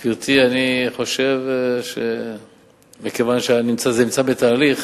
גברתי, אני חושב שמכיוון שזה נמצא בתהליך,